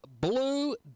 blue